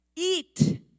Eat